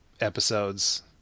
episodes